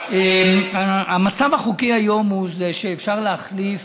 המצב החוקי היום הוא שאפשר להחליף,